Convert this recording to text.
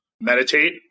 meditate